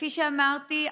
כפי שאמרתי,